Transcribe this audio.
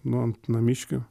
nu ant namiškių